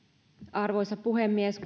arvoisa puhemies